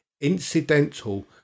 incidental